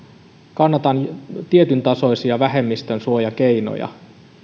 kannatan tietyntasoisia vähemmistön suojakeinoja